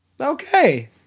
Okay